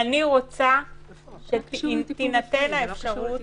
אני רוצה שתינתן האפשרות